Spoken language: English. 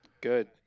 Good